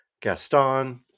Gaston